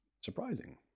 surprising